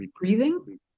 breathing